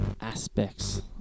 aspects